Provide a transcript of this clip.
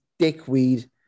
dickweed